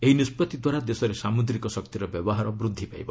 ଏହି ନିଷ୍ପଭିଦ୍ୱାରା ଦେଶରେ ସାମୁଦ୍ରିକ ଶକ୍ତିର ବ୍ୟବହାର ବୃଦ୍ଧି ପାଇବ